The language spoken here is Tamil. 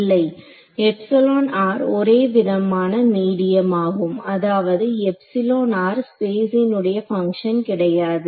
இல்லை ஒரே விதமான மீடியம் ஆகும் அதாவது எப்ஸிலோன் r ஸ்பேசினுடைய பங்க்ஷன் கிடையாது